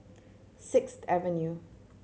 Sixth Avenue